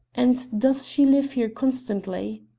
and does she live here constantly?